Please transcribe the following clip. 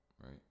right